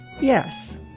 Yes